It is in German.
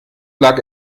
lag